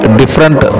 different